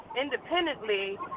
independently